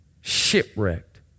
Shipwrecked